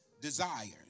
desires